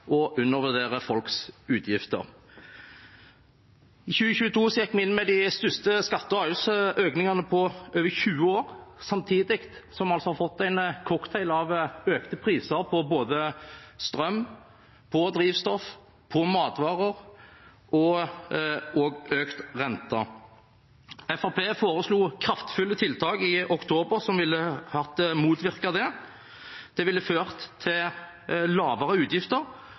og undervurderer folks utgifter. I 2022 gikk vi inn med de største skatte- og avgiftsøkningene på over 20 år, samtidig som vi altså har fått en cocktail av økte priser på både strøm, drivstoff, matvarer og også økt rente. Fremskrittspartiet foreslo kraftfulle tiltak i oktober som ville ha motvirket det. Det ville ført til lavere utgifter